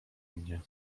mnie